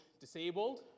disabled